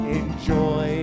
enjoy